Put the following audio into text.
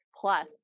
plus